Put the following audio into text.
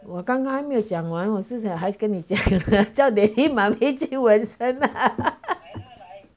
我刚刚还没有讲完我是想还跟你讲叫 daddy mummy 去纹身